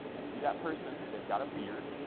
i see that person. they've got a beard.